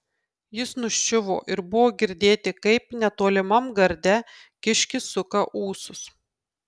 jis nuščiuvo ir buvo girdėti kaip netolimam garde kiškis suka ūsus